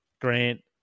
Grant